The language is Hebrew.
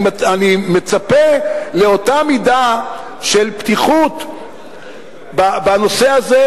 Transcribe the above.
אני מצפה לאותה מידה של פתיחות בנושא הזה,